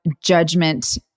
judgment